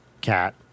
cat